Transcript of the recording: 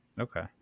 Okay